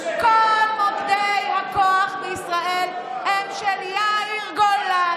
כל מוקדי הכוח בישראל הם של יאיר גולן,